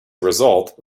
result